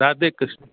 Radhe Krishna